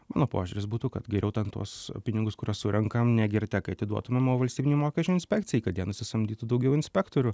mano požiūris būtų kad geriau ten tuos pinigus kuriuos surenkam ne girtekai atiduotumėm o valstybinei mokesčių inspekcijai kad jie nusisamdytų daugiau inspektorių